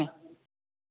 kilo ଷାଠିଏ